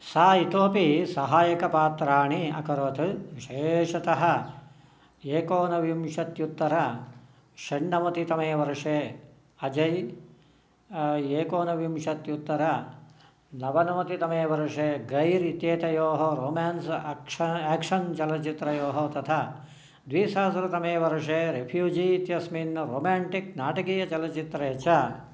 सा इतोऽपि सहायकपात्राणि अकरोत् विशेषतः एकोनविंशत्युत्तरषण्णवतितमे वर्षे अजय् एकोनविंशत्युत्तरनवनवतितमे वर्षे गैर् इत्येतयोः रोम्यान्स् अक्षा एक्षन् चलच्चित्रयोः तथा द्विसहस्रतमे वर्षे रेफ्युजी इत्यस्मिन् रोम्याण्टिक् नाटकीयचलच्चित्रे च